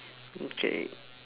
okay